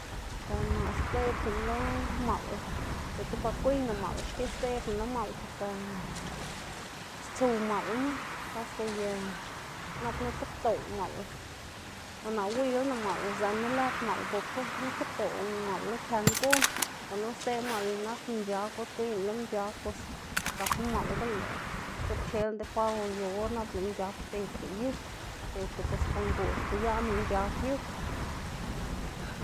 Ber naꞌ sdzeꞌbná lo maꞌl diꞌltsa ba gwiyná maꞌl xki sdzeꞌbná lo maꞌl porke stsuw maꞌlma kaska ye nap ñagkedoꞌ maꞌl. Naꞌ uwiylaná maꞌl uzënná lëd maꞌl bokga ñagkedoꞌ maꞌl lo këná gon gunu sdzeꞌbná lo maꞌl y nak mc̲h̲ag or gwiyná lo mc̲h̲ag bos zakná maꞌlga lëꞌ xioꞌpchelaná tikwaga o yu or nap lëꞌ mc̲h̲ag xdedga yu, xdedga bos kon goꞌb xgoliꞌaná mc̲h̲ag yu.